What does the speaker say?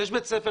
יש בית ספר,